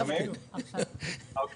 אני